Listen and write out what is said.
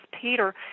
Peter